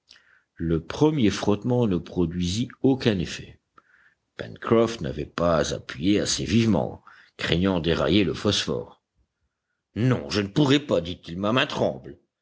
le premier frottement ne produisit aucun effet pencroff n'avait pas appuyé assez vivement craignant d'érailler le phosphore non je ne pourrai pas dit-il ma main